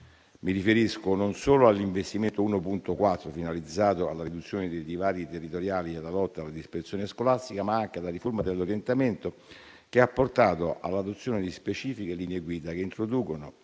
Mi riferisco non solo all'Investimento 1.4, finalizzato alla riduzione dei divari territoriali e alla lotta alla dispersione scolastica, ma anche alla riforma dell'orientamento, che ha portato all'adozione di specifiche linee guida che introducono,